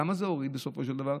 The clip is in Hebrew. למה זה הוריד בסופו של דבר?